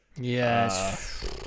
yes